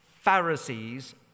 Pharisee's